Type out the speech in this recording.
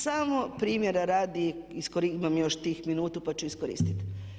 Samo primjera radi, imam još tih minutu pa ću iskoristiti.